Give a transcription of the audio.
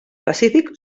pacífic